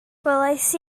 gwelais